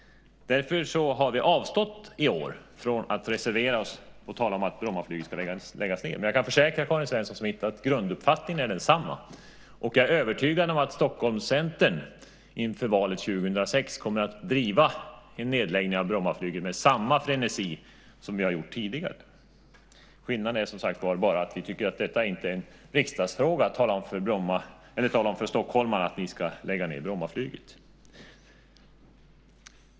Därför har vi i år avstått från att reservera oss och tala om att Brommaflyget ska läggas ned. Jag kan dock försäkra Karin Svensson Smith att grunduppfattningen är densamma, och jag är övertygad om att Stockholmscentern inför valet 2006 kommer att driva en nedläggning av Brommaflyget med samma frenesi som tidigare. Skillnaden är, som sagt, att vi inte tycker att det är en riksdagsfråga att tala om för stockholmarna att de ska lägga ned Brommaflyget.